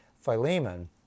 Philemon